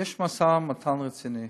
יש משא ומתן רציני